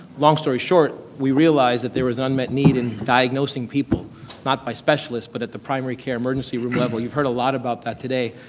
long story short, we realized that there was an unmet need in diagnosing people not by specialists, but at the primary care emergency room level. you've heard a lot about that today.